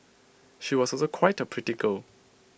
she was also quite A pretty girl